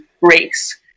race